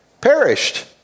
perished